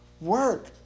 work